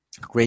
great